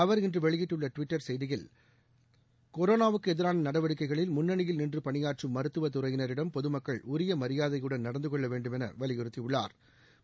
அவர் இன்று வெளியிட்டுள்ள டுவிட்டர் செய்தியில் கொரோனாவுக்கு எதிரான நடவடிக்கைகளில் முன்னணியில் நின்று பணியாற்றும் மருத்துவத் துறையினரிடம் பொதுமக்கள் உரிய மரியாதையுடன் நடந்து கொள்ள வேண்டுமென வலியுறுத்தியுள்ளாா்